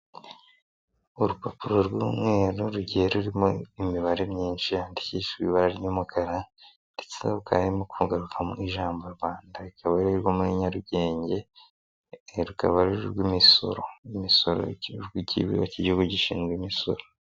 Urupapuro rw'umweru rugiye rurimo imibare myinshi yandikisha ibara ry'umukara, ndetse rukaba rurimo kugarukamo ijambo Rwanda, ikaba ari muri Nyarugenge, rukaba ari urwimisoro, imisoro y'ikigo k'igihugu gishinzwe imisoro.